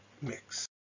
mix